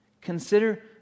Consider